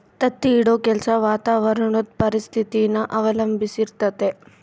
ತತ್ತಿ ಇಡೋ ಕೆಲ್ಸ ವಾತಾವರಣುದ್ ಪರಿಸ್ಥಿತಿನ ಅವಲಂಬಿಸಿರ್ತತೆ